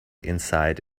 inside